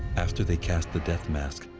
after they cast the death mask,